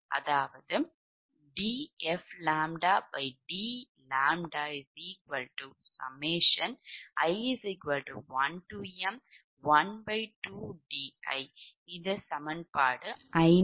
அதாவது dfdi1m12di இது சமன்பாடு 51